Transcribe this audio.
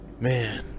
Man